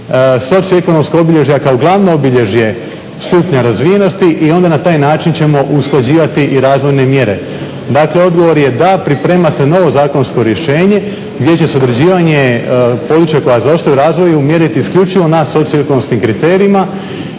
socioekonomsko obilježje kao glavno obilježje stupnja razvijenosti i onda na taj način ćemo usklađivati i razvojne mjere. Dakle odgovor je da, priprema se novo zakonsko rješenje gdje će određivanje područja koja zaostaju u razvoju mjeriti isključivo na socioekonomskim kriterijima